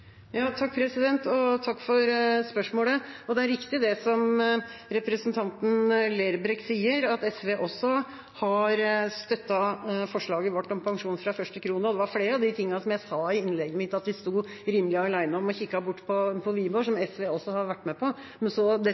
Takk for spørsmålet. Det er riktig, det som representanten Lerbrekk sier, at SV også har støttet forslaget vårt om pensjon fra første krone. Det var flere av de tingene som jeg sa i innlegget mitt at vi sto rimelig alene om, og kikket bort på Wiborg, som SV også har vært med på, men så